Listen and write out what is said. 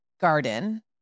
garden